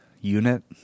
unit